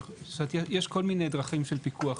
יש כל מיני דרכים של פיקוח.